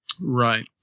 Right